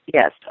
Yes